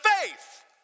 faith